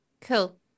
cool